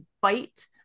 bite